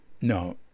No